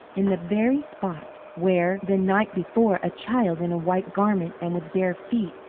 in the very spot where, the night before, a child in a white garment and with bare feet,